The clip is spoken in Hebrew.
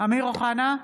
אמיר אוחנה,